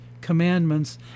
commandments